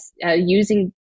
using